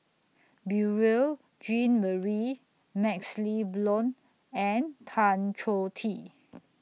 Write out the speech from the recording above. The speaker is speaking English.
Beurel Jean Marie MaxLe Blond and Tan Choh Tee